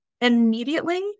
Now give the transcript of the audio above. Immediately